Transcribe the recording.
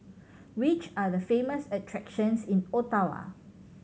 which are the famous attractions in Ottawa